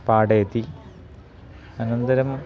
पाठयति अनन्तरं